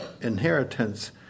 inheritance